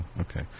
Okay